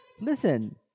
Listen